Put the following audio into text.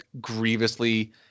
grievously